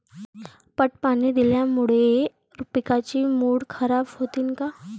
पट पाणी दिल्यामूळे रोपाची मुळ खराब होतीन काय?